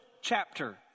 chapter